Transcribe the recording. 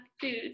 food